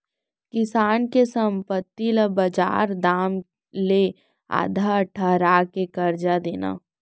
किसान के संपत्ति ल बजार दाम ले आधा ठहरा के करजा देना